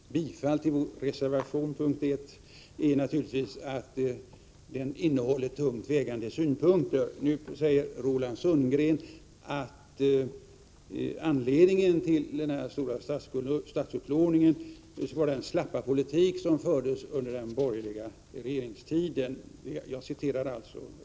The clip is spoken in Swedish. Herr talman! Anledningen till att jag yrkade bifall till vår reservation, som avser punkt 1, är naturligtvis att den innehåller tungt vägande synpunkter. Nu säger Roland Sundgren att anledningen till den stora statsupplåningen är ”den slappa politik som fördes under den borgerliga regeringstiden”.